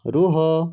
ରୁହ